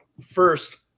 First